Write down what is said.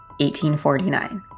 1849